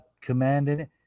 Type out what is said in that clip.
commanding